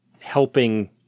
helping